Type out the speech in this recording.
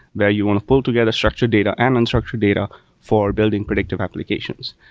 where you want to pull together structured data and unstructured data for building predictive applications.